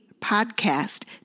Podcast